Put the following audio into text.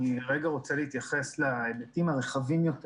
אני רוצה להתייחס להיבטים הרחבים יותר